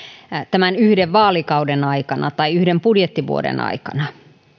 tämän yhden vaalikauden aikana tai yhden budjettivuoden aikana